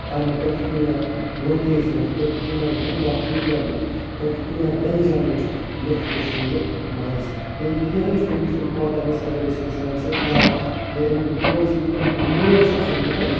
پَنٕنہِ پٔٹِکیٛوٗلَر لوکیشنہِ ہٕنٛز پٔٹِکیٛوٗلَر گرٛوپ آف پیٖپلَن ہٕنٛز پٔٹِکیٛوٗلَر رِلِجَنٕچ یَتھ کٔشیٖرِ منٛز یعنی کہِ یِہَے چھِ اَمِچ اِمپاٹَنٕس اگر أسۍ وُچھان چھِ یا یہِ امیُک رول چھِ یِمَن ہُنٛد رول چھِ آسان یِہَے